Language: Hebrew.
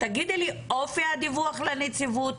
תגידי לי מה אופי הדיווח לנציבות,